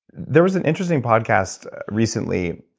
there was an interesting podcast recently,